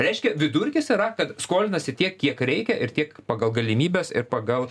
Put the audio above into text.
reiškia vidurkis yra kad skolinasi tiek kiek reikia ir tiek pagal galimybes ir pagal